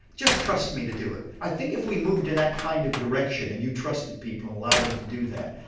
just trust me to do it. i think if we moved in that kind of direction and you trusted people and allowed them to do that,